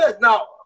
Now